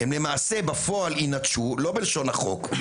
הם למעשה בפועל יינטשו - לא בלשון החוק,